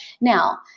Now